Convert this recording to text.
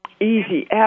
easy